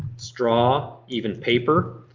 straw, even paper.